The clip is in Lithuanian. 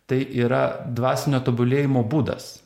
tai yra dvasinio tobulėjimo būdas